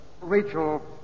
Rachel